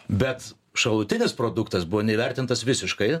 bet šalutinis produktas buvo neįvertintas visiškai